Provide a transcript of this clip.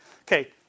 Okay